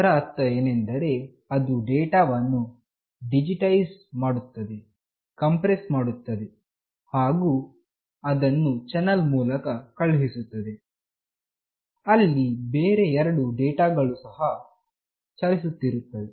ಇದರ ಅರ್ಥ ಏನೆಂದರೆ ಅದು ಡೇಟಾವನ್ನು ಡಿಜಿಟೈಸ್ ಮಾಡುತ್ತದೆ ಕಂಪ್ರೆಸ್ ಮಾಡುತ್ತದೆ ಹಾಗು ಅದನ್ನು ಚಾನೆಲ್ ಮೂಲಕ ಕಳುಹಿಸುತ್ತದೆ ಅಲ್ಲಿ ಬೇರೆ ಎರಡು ಡೇಟಾಗಳು ಸಹ ಚಲಿಸುತ್ತಿರುತ್ತದೆ